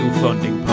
funding